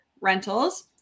rentals